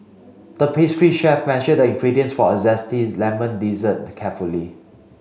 the pastry chef measured the ingredients for a zesty lemon dessert carefully